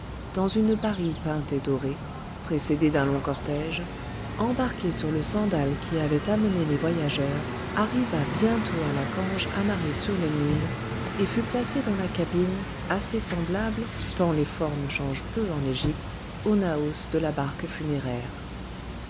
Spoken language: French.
dans une bari peinte et dorée précédée d'un long cortège embarquée sur le sandal qui avait amené les voyageurs arriva bientôt à la cange amarrée sur le nil et fut placée dans la cabine assez semblable tant les formes changent peu en égypte au naos de la barque funéraire